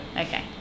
Okay